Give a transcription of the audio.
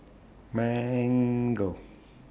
Mango